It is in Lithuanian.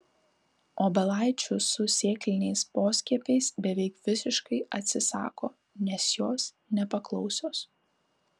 obelaičių su sėkliniais poskiepiais beveik visiškai atsisako nes jos nepaklausios